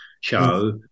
show